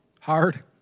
Hard